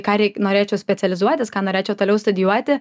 ką reik norėčiau specializuotis ką norėčiau toliau studijuoti